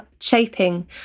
shaping